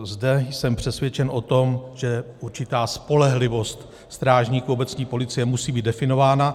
Zde jsem přesvědčen o tom, že určitá spolehlivost strážníků obecní policie musí být definována.